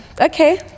Okay